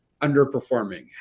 underperforming